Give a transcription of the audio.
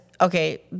okay